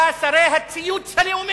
שרי מפלגת העבודה, שרי הציוץ הלאומי,